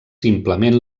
simplement